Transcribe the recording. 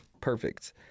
perfect